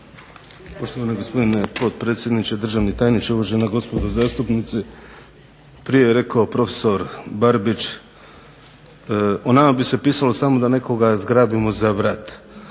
Poštovani gospodine potpredsjedniče, državni tajniče, uvažena gospodo zastupnici. Prije je rekao prof. Barbić o nama bi se pisalo samo da nekoga zgrabimo za vrat,